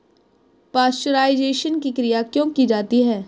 Pasteurisation की क्रिया क्यों की जाती है?